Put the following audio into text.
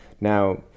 Now